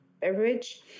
beverage